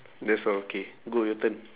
that's all okay go your turn